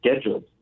scheduled